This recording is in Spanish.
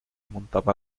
montaba